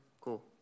cool